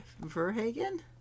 Verhagen